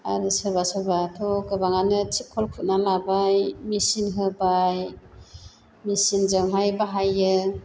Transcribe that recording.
आरो सोरबा सोरबाथ' गोबाङानो थिबखल खुरनानै लाबाय मेचिन होबाय मेचिनजोंहाय बाहायो